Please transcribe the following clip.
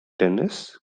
tennis